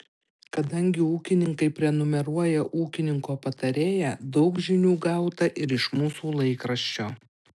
kadangi ūkininkai prenumeruoja ūkininko patarėją daug žinių gauta ir iš mūsų laikraščio